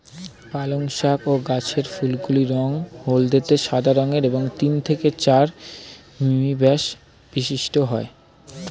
পালং শাক গাছের ফুলগুলি রঙ হলদেটে সাদা রঙের এবং তিন থেকে চার মিমি ব্যাস বিশিষ্ট হয়